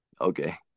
Okay